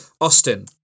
Austin